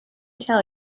tell